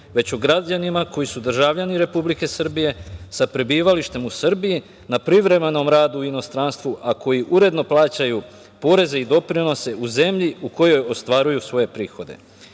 već o građanima koji su državljani Republike Srbije sa prebivalištem u Srbiji na privremenom radu u inostranstvu, a koji uredno plaćaju poreze i doprinose u zemlji u kojoj ostvaruju svoje prihode. Naime,